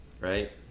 right